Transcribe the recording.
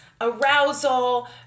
arousal